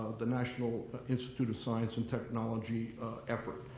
the national institute of science and technology effort.